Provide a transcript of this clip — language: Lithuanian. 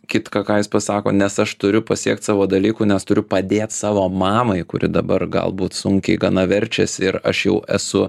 kitką ką jis pats sako nes aš turiu pasiekt savo dalykų nes turiu padėt savo mamai kuri dabar galbūt sunkiai gana verčiasi ir aš jau esu